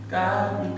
God